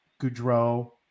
Goudreau